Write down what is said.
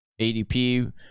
ADP